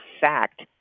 fact